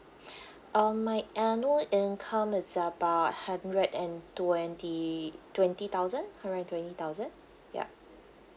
um my annual income is about hundred and twenty twenty thousand hundred and twenty thousand yup